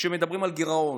כשמדברים על גירעון.